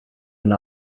and